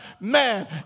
man